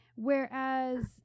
Whereas